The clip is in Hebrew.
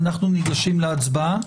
אנחנו ניגשים להצבעה.